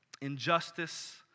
injustice